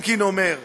אלקין אומר: